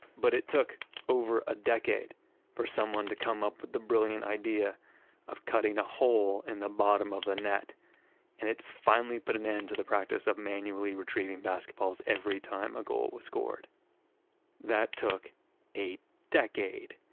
but it took over a decade for someone to come up with the brilliant idea of cutting a hole in the bottom of a net and it finally put an end to the practice of manually retreating basketballs every time a goal was scored that took a decade